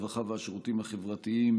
הרווחה והשירותים החברתיים,